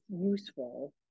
useful